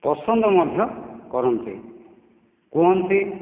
ପସନ୍ଦ ମଧ୍ୟ କରନ୍ତି କୁହନ୍ତି